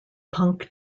punk